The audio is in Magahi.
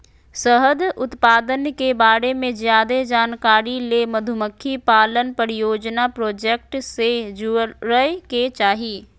शहद उत्पादन के बारे मे ज्यादे जानकारी ले मधुमक्खी पालन परियोजना प्रोजेक्ट से जुड़य के चाही